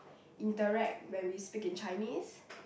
interact when we speak in Chinese